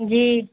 جی